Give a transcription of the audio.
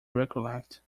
recollect